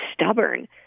stubborn